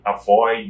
avoid